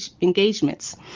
engagements